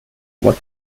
what